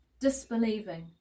disbelieving